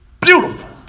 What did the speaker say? Beautiful